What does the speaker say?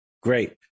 great